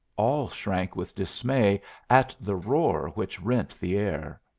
all shrank with dismay at the roar which rent the air.